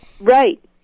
Right